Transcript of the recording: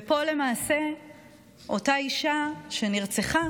ופה אותה אישה שנרצחה